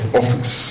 office